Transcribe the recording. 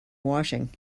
washing